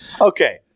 Okay